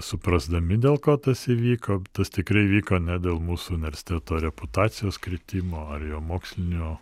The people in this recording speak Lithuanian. suprasdami dėl ko tas įvyko tas tikrai įvyko ne dėl mūsų universiteto reputacijos kritimo ar jo mokslinių